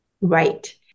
Right